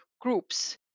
groups